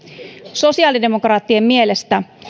sosiaalidemokraattien mielestä